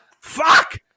Fuck